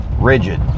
rigid